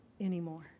anymore